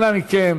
אנא מכם.